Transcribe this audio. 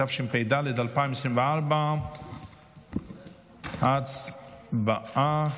התשפ"ד 2024. הצבעה.